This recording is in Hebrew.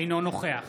אינו נוכח